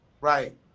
right